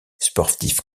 sportif